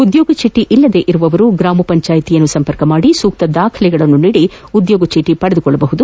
ಉದ್ಯೋಗ ಚೀಟಿ ಇಲ್ಲದವರು ಗ್ರಾಮ ಪಂಚಾಯಿತಿಯನ್ನು ಸಂಪರ್ಕಿಸಿ ಸೂಕ್ಷ ದಾಖಲೆ ನೀಡಿ ಉದ್ಯೋಗ ಚೀಟ ಪಡೆದುಕೊಳ್ಳಬಹುದು